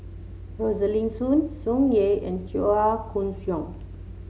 Rosaline Soon Tsung Yeh and Chua Koon Siong